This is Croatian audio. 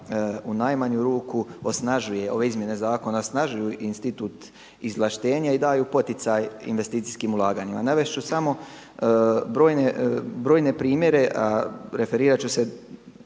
u najmanju ruku osnažuje ove izmjene zakona osnažuju institut izvlaštenja i daju poticaj investicijskim ulaganjima. Navesti ću samo brojne primjere, referirati ću se